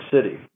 City